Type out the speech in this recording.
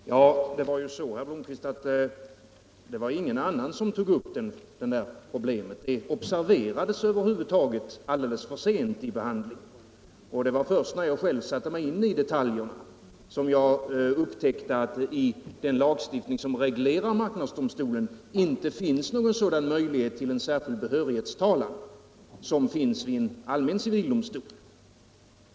Herr talman! Det förhöll sig så, herr Blomkvist, att ingen annan tog upp det här problemet. Det observerades över huvud taget alldeles för sent vid behandlingen. Först när jag själv satte mig in i detaljerna upptäckte jag att det i den lagstiftning som reglerar marknadsdomstolens verksamhet inte ges någon sådan möjlighet till särskild behörighetstalan som finns vid en allmän civildomstol.